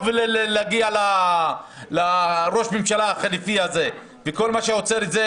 ולהגיע לראש הממשלה החליפי הזה וכל מה שעוצר את זה,